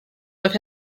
with